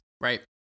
right